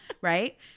Right